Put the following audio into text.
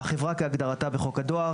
החברה כהגדרתה בחוק הדואר,